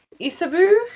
Isabu